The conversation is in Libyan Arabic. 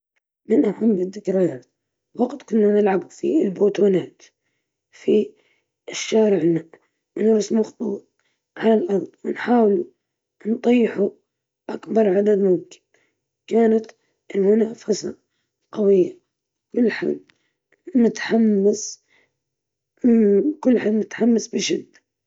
أذكر لما كنت ألعب بالدمى والألعاب الخشبية، كنت أسوي عالم خاص بي، وأختلق قصص وأسافر في خيالي، هذه اللحظات كانت ممتعة وبسيطة ومليئة بالبراءة.